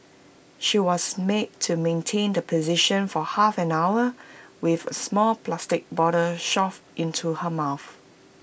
she was made to maintain the position for half an hour with A small plastic bottle shoved into her mouth